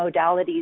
modalities